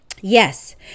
Yes